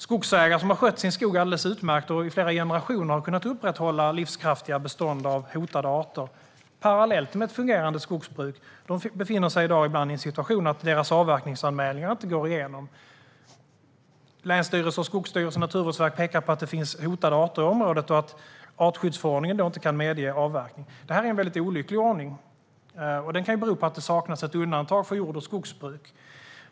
Skogsägare som har skött sin skog alldeles utmärkt och i flera generationer har kunnat upprätthålla livskraftiga bestånd av hotade arter parallellt med ett fungerande skogsbruk befinner sig i dag ibland i en situation där deras avverkningsanmälningar inte går igenom. Länsstyrelser, Skogsstyrelsen och Naturvårdsverket pekar på att det finns hotade arter i området och att artskyddsförordningen därför inte kan medge avverkning. Det här är en väldigt olycklig ordning, och den kan bero på att det saknas ett undantag för jordbruk och skogsbruk.